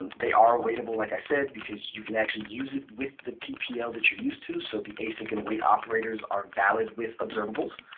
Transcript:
they are awaitable, like i said, because you can actually use it with the tpl that you're used to. so the async and await operators are valid with observables.